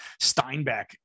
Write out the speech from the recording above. Steinbeck